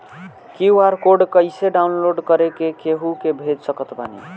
QR code कइसे download कर के केहु के भेज सकत बानी?